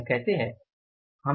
यह कैसे है